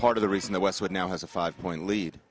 part of the reason the westwood now has a five point lead